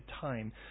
time